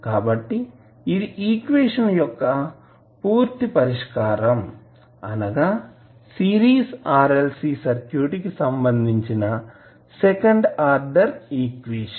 కాబట్టి ఇది ఈక్వేషన్ యొక్క పూర్తి పరిష్కారం అనగా సిరీస్ RLC సర్క్యూట్ కి సంబంధించిన సెకండ్ ఆర్డర్ ఈక్వేషన్